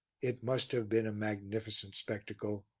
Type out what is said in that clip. it must have been a magnificent spectacle.